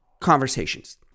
conversations